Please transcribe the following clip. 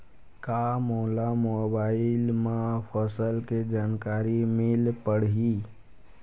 का मोला मोबाइल म फसल के जानकारी मिल पढ़ही?